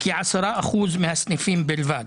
כ-10 אחוזים מהסניפים בלבד,